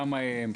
כמה הם.